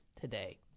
today